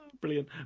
brilliant